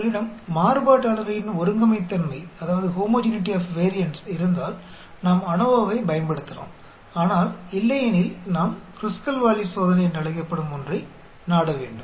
உங்களிடம் மாறுபாட்டு அளவையின் ஒருங்கமைத்தன்மை இருந்தால் நாம் ANOVAஐப் பயன்படுத்தலாம் ஆனால் இல்லையெனில் நாம் க்ருஸ்கல் வாலிஸ் சோதனை என்று அழைக்கப்படும் ஒன்றை நாட வேண்டும்